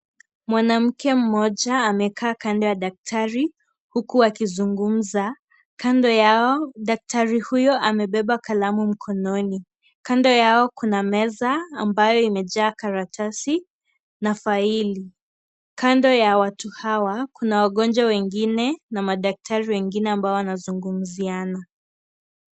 Mwanamke mmoja amekaa kando ya daktari, huku akizungumza, kando yao, daktari huyo amebeba kalamu mkononi, kando yao kuna meza, ambayo imejaa karatasi, na faili, kando ya watu hawa, kuna wagonjwa wengine, na madaktari wengine ambao wanazungumziana.